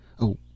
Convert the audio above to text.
Oh